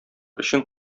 өчен